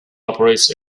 operates